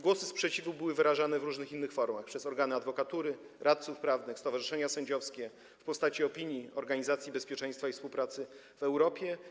Głosy sprzeciwu były wyrażane w różnych innych formach przez organy adwokatury, radców prawnych, stowarzyszenia sędziowskie i w postaci opinii Organizacji Bezpieczeństwa i Współpracy w Europie.